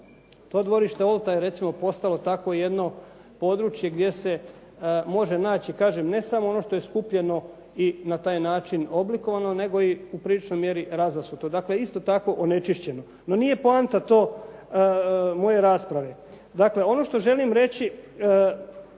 To dvorište Olta je recimo postalo takvo jedno područje gdje se može naši kažem ne samo ono što je skupljeno i na taj način oblikovano nego i u priličnoj mjeri razasuto, dakle isto tako onečišćeno. No nije poanta to moje rasprave. Dakle, ono što želim reći